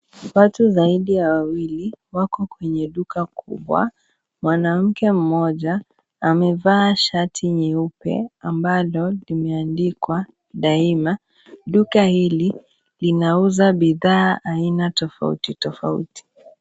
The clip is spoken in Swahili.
Watu zaidi ya wawili wako kwenye duka kubwa mwanamke mmoja amevaa shati nyeupe ambalo limeandikwa daima, duka hili linauza bidhaa aina tofauti, tofauti.